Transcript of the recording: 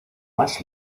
más